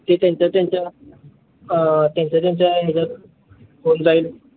ते त्यांच्या त्यांच्या त्यांच्या त्यांच्या ह्याच्यात होऊन जाईल